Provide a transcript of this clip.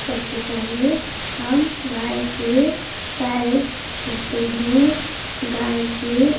सबसे पहले हम गाय के पैर छूते हैं गाय के